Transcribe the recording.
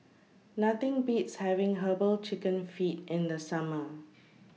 Nothing Beats having Herbal Chicken Feet in The Summer